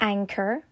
Anchor